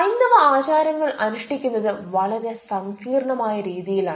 ഹൈന്ദവ ആചാരങ്ങൾ അനുഷ്ഠിക്കുന്നത് വളരെ സങ്കീർണ്ണമായ രീതിയിലാണ്